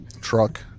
truck